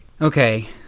Okay